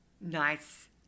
nice